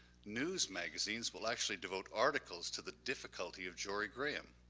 news magazines will actually devote articles to the difficulty of jorie graham.